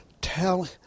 tell